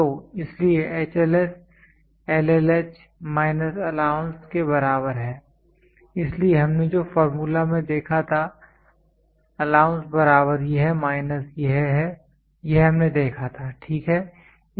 तो इसलिए HLS LLH minus allowance के बराबर है इसलिए हमने जो फार्मूला में देखा था अलाउंस बराबर यह माइनस यह है यह हमने देखा था ठीक है